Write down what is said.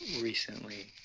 recently